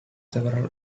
several